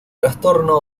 trastorno